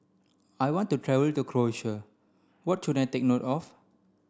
I want to travel to Croatia what should I take note of